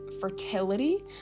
fertility